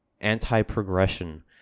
anti-progression